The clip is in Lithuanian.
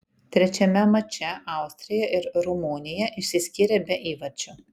trečiame mače austrija ir rumunija išsiskyrė be įvarčių